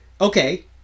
okay